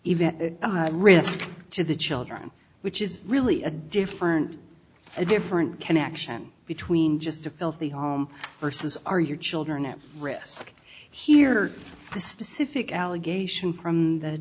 even risk to the children which is really a different a different connection between just a filthy home versus are your children at risk here the specific allegation from the